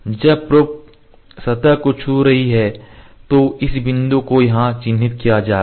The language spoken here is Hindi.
जब प्रोब सतह को छू रही है तो इस बिंदु को यहां चिह्नित किया जा रहा है